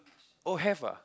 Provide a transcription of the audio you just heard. oh have ah